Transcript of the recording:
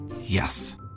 Yes